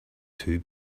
two